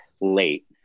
late